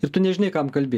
ir tu nežinai kam kalbi